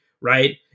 right